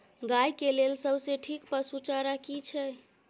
गाय के लेल सबसे ठीक पसु चारा की छै?